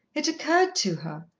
it occurred to her,